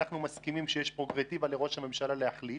אנחנו מסכימים שיש פררוגטיבה לראש הממשלה להחליט.